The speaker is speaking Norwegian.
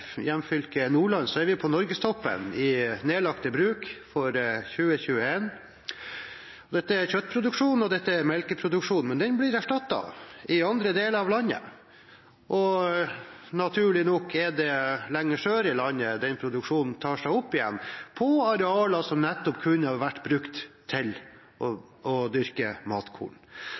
hjemfylke, Nordland, var vi i 2021 på norgestoppen for nedlagte bruk – dette er kjøttproduksjon, og dette er melkeproduksjon, men det blir erstattet i andre deler av landet. Naturlig nok er det lenger sør i landet den produksjonen tar seg opp igjen – på arealer som nettopp kunne ha vært brukt til å dyrke matkorn.